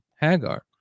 Hagar